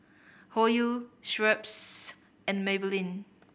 Hoyu Schweppes and Maybelline